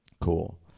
Cool